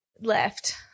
left